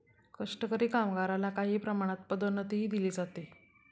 कष्टकरी कामगारला काही प्रमाणात पदोन्नतीही दिली जाते